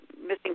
missing